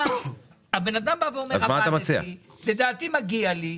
הבן אדם אומר שלדעתו מגיע לו,